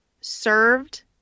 served